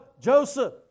Joseph